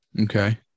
Okay